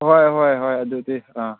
ꯍꯣꯏ ꯍꯣꯏ ꯍꯣꯏ ꯑꯗꯨꯗꯤ